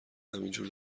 همینجور